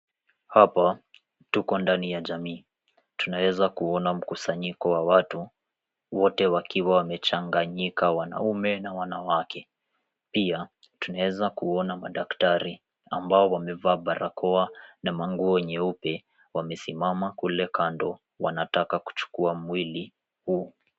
Hapa tuko ndani ya jamii, tunaweza kuona mkusanyiko wa watu wote wakiwa wamechanganyika wanaume na wanawake. Pia tunaeza kuona madaktari ambao wamevaa barakoa na manguo nyeupe wamesimama kule kando, wanataka kuchukua mwili huu.